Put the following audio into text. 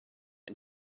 and